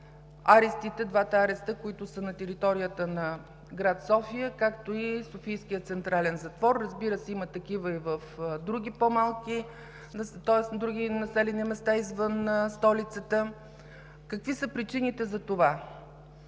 Какви са причините за това?